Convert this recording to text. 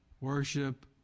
worship